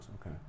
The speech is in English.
Okay